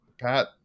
Pat